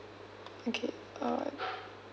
okay uh